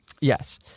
Yes